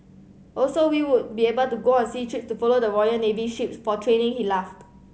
also we would be able to go on sea trips to follow the Royal Navy ships for training he laughed